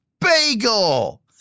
Bagel